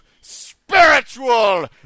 spiritual